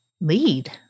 lead